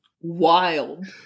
Wild